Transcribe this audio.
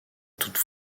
toute